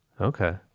Okay